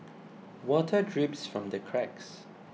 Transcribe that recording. water drips from the cracks